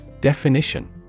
Definition